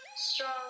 Strong